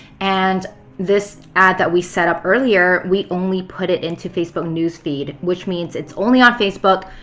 and this ad that we set up earlier, we only put it into facebook news feed. which means it's only on facebook.